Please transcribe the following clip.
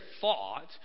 thought